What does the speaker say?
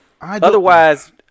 Otherwise